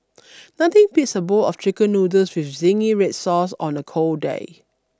nothing beats a bowl of Chicken Noodles with zingy red sauce on a cold day